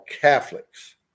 catholics